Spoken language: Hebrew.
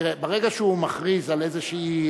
תראה, ברגע שהוא מכריז על איזו כוונה,